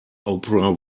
oprah